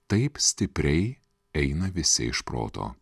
taip stipriai eina visi iš proto